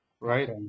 right